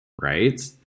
right